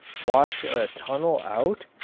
wash a tunnel out?